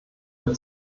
der